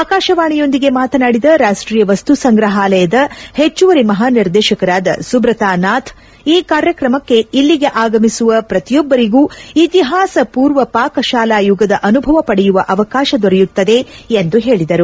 ಆಕಾಶವಾಣಿಯೊಂದಿಗೆ ಮಾತನಾಡಿದ ರಾಷ್ಟೀಯ ವಸ್ತು ಸಂಗ್ರಹಾಲಯದ ಹೆಚ್ಚುವರಿ ಮಹಾ ನಿರ್ದೇಶಕರಾದ ಸುಬ್ರತಾ ನಾಥ್ ಈ ಕಾರ್ಯಕ್ರಮಕ್ಕೆ ಇಲ್ಲಿಗೆ ಆಗಮಿಸುವ ಪ್ರತಿಯೊಬ್ಲರಿಗೂ ಇತಿಹಾಸ ಪೂರ್ವ ಪಾಕಶಾಲಾ ಯುಗದ ಅನುಭವ ಪಡೆಯುವ ಅವಕಾಶ ದೊರೆಯುತ್ತದೆ ಎಂದು ಹೇಳಿದರು